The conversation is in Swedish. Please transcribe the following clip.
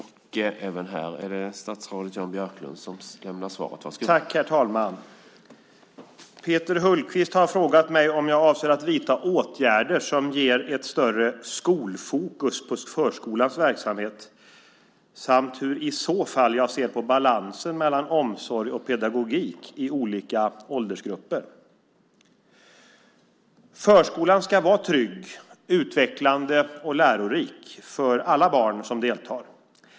Herr talman! Peter Hultqvist har frågat mig om jag avser att vidta åtgärder som ger ett större "skolfokus" på förskolans verksamhet samt hur i så fall jag ser på balansen mellan omsorg och pedagogik i olika åldersgrupper. Förskolan ska vara trygg, utvecklande och lärorik för alla barn som deltar.